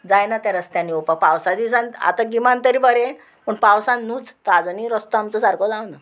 जायना त्या रस्त्यानी येवपा पावसा दिसान आतां गिमान तरी बरें पूण पावसान न्हूच तो आजुनूय तो रस्तो आमचो सारको जावं ना